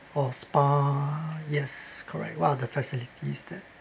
or spa yes correct what are the facilities there in the hotel itself